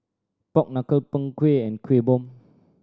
pork knuckle Png Kueh and Kueh Bom